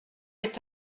est